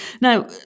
Now